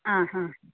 ആ ഹ